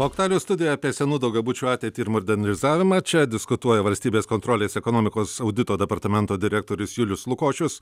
aktualijų studija apie senų daugiabučių ateitį ir modernizavimą čia diskutuoja valstybės kontrolės ekonomikos audito departamento direktorius julius lukošius